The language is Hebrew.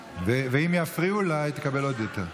אם יפריעו לה, היא תקבל עוד יותר.